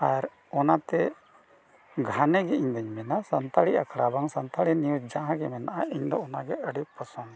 ᱟᱨ ᱚᱱᱟᱛᱮ ᱜᱷᱟᱱᱮᱜᱮ ᱤᱧ ᱫᱚᱧ ᱢᱮᱱᱟ ᱥᱟᱱᱛᱟᱲᱤ ᱟᱠᱷᱲᱟ ᱵᱟᱝ ᱥᱟᱱᱛᱟᱲᱤ ᱱᱤᱭᱩᱡᱽ ᱡᱟᱦᱟᱸ ᱜᱮ ᱢᱮᱱᱟᱜᱼᱟ ᱤᱧ ᱫᱚ ᱚᱱᱟᱜᱮ ᱟᱹᱰᱤ ᱯᱚᱥᱚᱱᱫᱽ